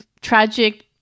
tragic